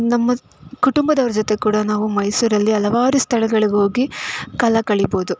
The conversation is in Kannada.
ನಮ್ಮ ಕುಟುಂಬದವರ ಜೊತೆ ಕೂಡ ನಾವು ಮೈಸೂರಲ್ಲಿ ಹಲವಾರು ಸ್ಥಳಗಳಿಗೋಗಿ ಕಾಲ ಕಳಿಬೋದು